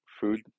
food